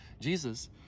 Jesus